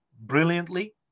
brilliantly